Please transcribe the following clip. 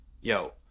yo